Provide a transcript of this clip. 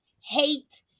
hate